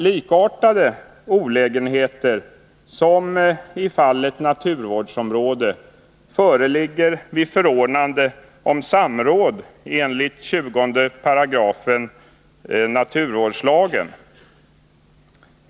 Likartade olägenheter som i fallet naturvårdsområde föreligger vid förordnande om samråd enligt 20 § naturvårdslagen.